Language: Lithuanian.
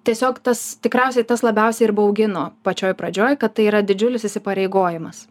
tiesiog tas tikriausiai tas labiausiai ir baugino pačioj pradžioj kad tai yra didžiulis įsipareigojimas